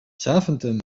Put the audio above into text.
zaventem